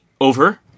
Over